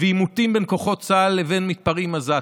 ועימותים בין כוחות צה"ל לבין מתפרעים עזתים.